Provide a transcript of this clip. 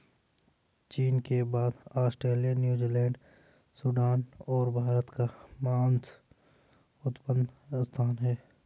चीन के बाद ऑस्ट्रेलिया, न्यूजीलैंड, सूडान और भारत का मांस उत्पादन स्थान है